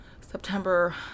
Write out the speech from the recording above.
September